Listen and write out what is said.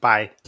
Bye